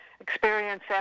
experience